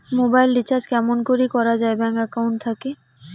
Mobile recharge কেমন করি করা যায় ব্যাংক একাউন্ট থাকি?